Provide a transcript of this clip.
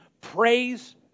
praise